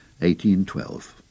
1812